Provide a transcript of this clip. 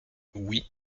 oui